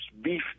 beef